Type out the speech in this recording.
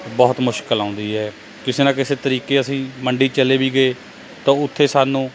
ਬਹੁਤ ਮੁਸ਼ਕਿਲ ਆਉਂਦੀ ਹੈ ਕਿਸੇ ਨਾ ਕਿਸੇ ਤਰੀਕੇ ਅਸੀਂ ਮੰਡੀ ਚਲੇ ਵੀ ਗਏ ਤਾਂ ਉੱਥੇ ਸਾਨੂੰ